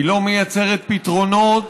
היא לא מייצרת פתרונות,